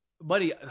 Buddy